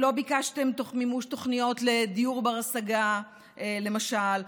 לא ביקשתם מימוש תוכניות לדיור בר-השגה למשל,